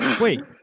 Wait